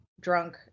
drunk